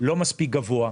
לא מספיק גבוה.